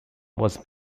was